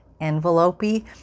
envelope-y